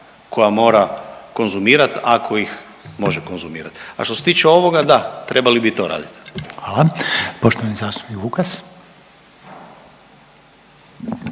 koja mora konzumirati ako ih može konzumirati, a što se tiče ovoga, da, trebali bi to raditi. **Reiner, Željko